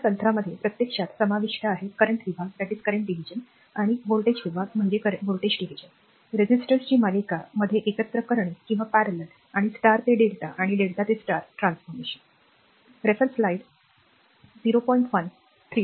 या तंत्रामध्ये प्रत्यक्षात समाविष्ट आहे चालू विभाग व्होल्टेज विभाग रेझिस्टर्सची मालिका मध्ये एकत्र करणे किंवा समांतर आणि स्टार ते डेल्टा आणि डेल्टा ते स्टार ट्रान्सफॉर्मेशन बरोबर